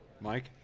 Mike